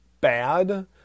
bad